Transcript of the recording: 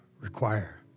require